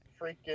freaking